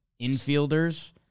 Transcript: infielders